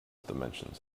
dimensions